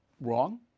wrong